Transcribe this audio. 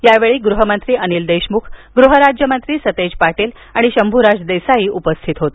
यावेळी गृहमंत्री अनिल देशमुख गृह राज्यमंत्री सतेज पाटील आणि शंभूराजे देसाई उपस्थित होते